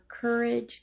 courage